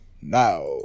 Now